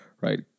right